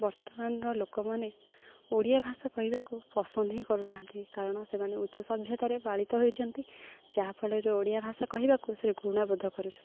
ବର୍ତ୍ତମାନର ଲୋକମାନେ ଓଡ଼ିଆ ଭାଷା କହିବାକୁ ପସନ୍ଦ ହିଁ କରୁନାହାନ୍ତି କାରଣ ସେମାନେ ଉଚ୍ଚ ସଭ୍ୟତାରେ ପାଳିତ ହୋଇଛନ୍ତି ଯାହାଫଳରେ ଓଡ଼ିଆ ଭାଷା କହିବାକୁ ସେ ଘୃଣାବୋଧ କରୁଛନ୍ତି